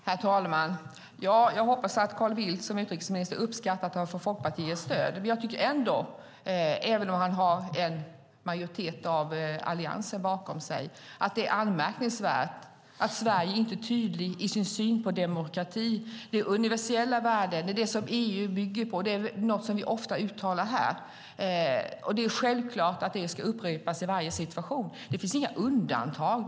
Herr talman! Jag hoppas att Carl Bildt som utrikesminister uppskattar att han får Folkpartiets stöd. Jag tycker ändå, även om han har en majoritet av Alliansen bakom sig, att det är anmärkningsvärt att Sverige inte är tydligt i sin syn på demokrati och universella värden, det som EU bygger på, något som vi ofta uttalar här. Det är självklart att det ska upprepas i varje situation. Det finns inga undantag.